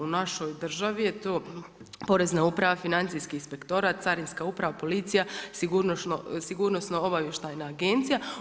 U našoj državi je to porezna uprava, financijski inspektora, carinska uprava, policija, Sigurnosno-obavještajna agencija.